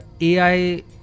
AI